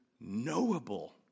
knowable